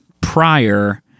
prior